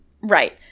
Right